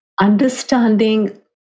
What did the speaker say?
understanding